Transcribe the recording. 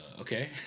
okay